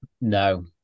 No